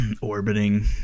orbiting